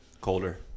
Colder